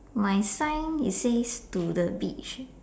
my sign it says to the beach